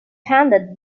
handed